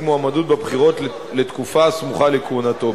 מועמדות בבחירות לתקופה הסמוכה לכהונתו.